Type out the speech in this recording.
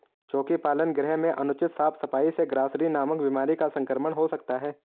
चोकी पालन गृह में अनुचित साफ सफाई से ग्रॉसरी नामक बीमारी का संक्रमण हो सकता है